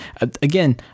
again